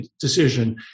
decision